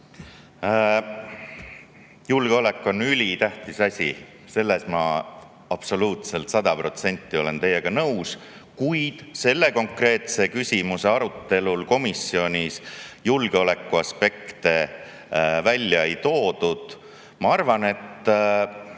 Julgeolek on ülitähtis asi, selles ma olen teiega absoluutselt sada protsenti nõus, kuid selle konkreetse küsimuse arutelul komisjonis julgeolekuaspekte välja ei toodud. Ma arvan, et